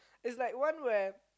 it's like one where